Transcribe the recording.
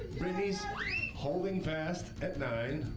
brittany's holding fast at nine.